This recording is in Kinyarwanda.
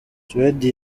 suwede